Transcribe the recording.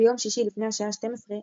ביום שישי לפני השעה 1200,